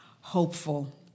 hopeful